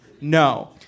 No